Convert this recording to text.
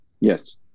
yes